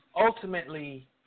ultimately